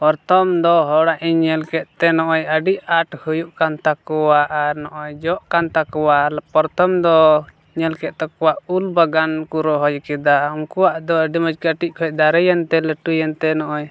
ᱯᱚᱨᱛᱷᱚᱢ ᱫᱚ ᱦᱚᱲᱟᱜ ᱤᱧ ᱧᱮᱞ ᱠᱮᱫᱛᱮ ᱱᱚᱜᱼᱚᱸᱭ ᱟᱹᱰᱤ ᱟᱸᱴ ᱦᱩᱭᱩᱜ ᱠᱟᱱ ᱛᱟᱠᱚᱣᱟ ᱟᱨ ᱱᱚᱜᱼᱚᱸᱭ ᱡᱚᱜ ᱠᱟᱱ ᱛᱟᱠᱚᱣᱟ ᱯᱚᱨᱛᱷᱚᱢ ᱫᱚ ᱧᱮᱞ ᱠᱮᱫ ᱛᱟᱠᱚᱣᱟ ᱩᱞ ᱵᱟᱜᱟᱱ ᱠᱚ ᱨᱚᱦᱚᱭ ᱠᱮᱫᱟ ᱩᱱᱠᱩᱣᱟᱜ ᱫᱚ ᱟᱹᱰᱤ ᱢᱚᱡᱽ ᱠᱟᱹᱴᱤᱡ ᱠᱷᱚᱡ ᱫᱟᱨᱮᱭᱮᱱᱛᱮ ᱞᱟᱹᱴᱩᱭᱮᱱᱛᱮ ᱚᱱᱜᱼᱚᱸᱭ